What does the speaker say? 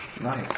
Nice